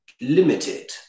limited